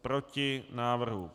Proti návrhu.